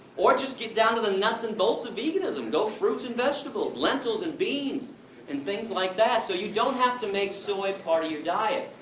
or just get down to the nuts and bolts of veganism go fruits and vegetables, lentils and beans and things like that, so you don't have to make soy part of your diet.